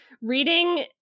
reading